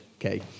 Okay